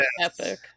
epic